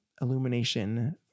Illumination